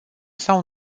sau